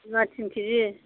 सबायबिमा तिन केजि